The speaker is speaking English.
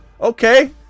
Okay